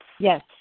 Yes